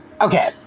Okay